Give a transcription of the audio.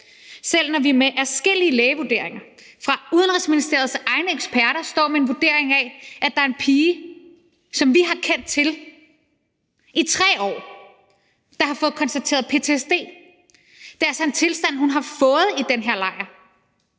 Selv når vi med adskillige lægeerklæringer fra Udenrigsministeriets egne eksperter står med en vurdering af, at der er en pige, som vi har kendt til i 3 år, der har fået konstateret ptsd – det er altså en tilstand, hun er kommet i i den her lejr